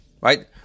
Right